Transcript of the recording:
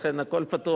לכן הכול פתוח.